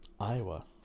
Iowa